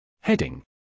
Heading